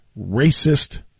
racist